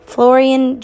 Florian